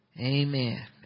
Amen